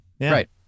right